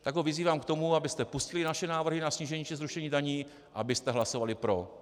Tak ho vyzývám k tomu, abyste pustili naše návrhy na snížení či zrušení daní a abyste hlasovali pro.